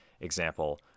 example